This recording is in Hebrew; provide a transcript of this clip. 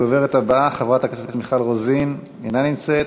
הדוברת הבאה, חברת הכנסת מיכל רוזין, אינה נמצאת.